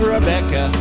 Rebecca